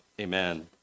Amen